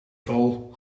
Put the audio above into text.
val